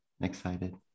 excited